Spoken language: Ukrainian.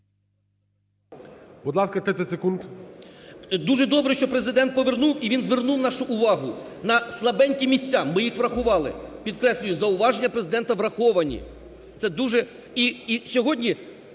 Дуже добре, що Президент повернув, і він звернув нашу увагу на слабенькі місця, ми їх врахували. Підкреслюю, зауваження Президента враховані. Це дуже… І сьогодні